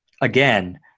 again